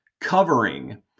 covering